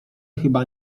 chyba